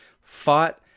fought